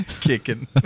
Kicking